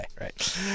right